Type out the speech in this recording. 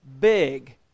big